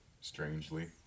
Strangely